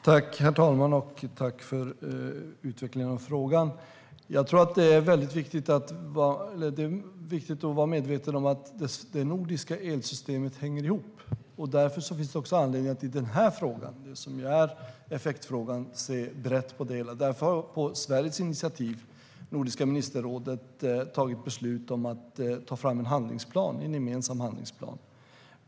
Herr talman! Tack, Ingemar Nilsson, för utvecklingen av frågan! Det är viktigt att vara medveten om att det nordiska elsystemet hänger ihop. Därför finns det anledning att i den här frågan, effektfrågan, se brett på det hela. Därför har på Sveriges initiativ Nordiska ministerrådet fattat beslut om att ta fram en gemensam handlingsplan.